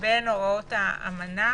בין הוראות האמנה